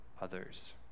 others